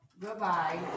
goodbye